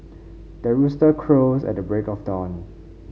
the rooster crows at the break of dawn